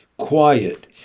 Quiet